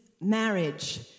marriage